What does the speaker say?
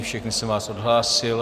Všechny jsem vás odhlásil.